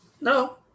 no